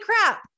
crap